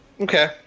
Okay